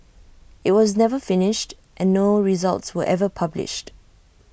IT was never finished and no results were ever published